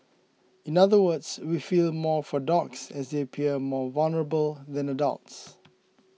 in other words we feel more for dogs as they appear more vulnerable than adults